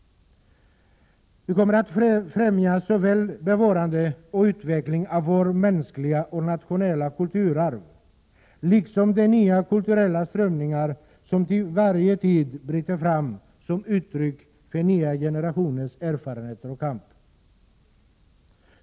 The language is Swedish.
Vi kommer att främja såväl bevarandet och utvecklingen av vårt mänskliga och nationella kulturarv som de nya kulturella strömningar som i varje tid bryter fram som uttryck för nya generationers erfarenheter och kamp.